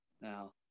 Now